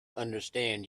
understand